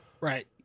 right